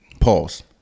pause